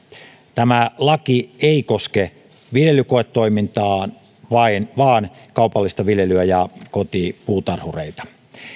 tämä laki ei koske viljelykoetoimintaa vaan kaupallista viljelyä ja kotipuutarhureita